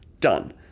done